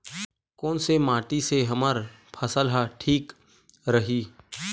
कोन से माटी से हमर फसल ह ठीक रही?